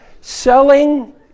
Selling